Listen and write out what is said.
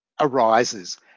arises